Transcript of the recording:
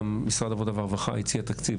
גם משרד העבודה והרווחה הציע תקציב,